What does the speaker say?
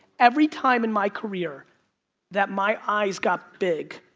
every time in my career that my eyes got big,